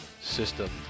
system